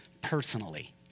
personally